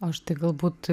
o aš tai galbūt